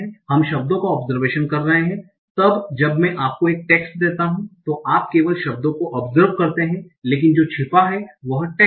हम शब्दों का ओबजरवेशन कर रहे हैं तब जब मैं आपको एक टेक्स्ट देता हूं तो आप केवल शब्दों को ओबजर्व करते हैं लेकिन जो छिपा है वह टेक्स्ट है